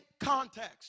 context